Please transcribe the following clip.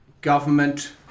government